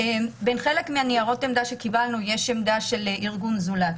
בין חלק מניירות העמדה שקיבלנו יש עמדה של ארגון "זולת".